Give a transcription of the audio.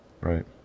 Right